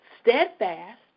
steadfast